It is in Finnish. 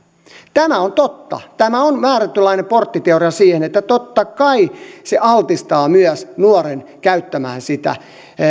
tämä on totta tämä on määrätynlainen porttiteoria siihen että totta kai se altistaa myös nuoren käyttämään sitä